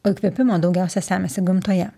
o įkvėpimo daugiausia semiasi gamtoje